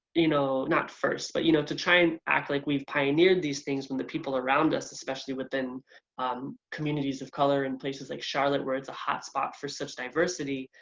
you know not first, but you know to try and act like we've pioneered these things from the people around us, especially within um communities of color in places like charlotte where it's a hot spot for such diversity,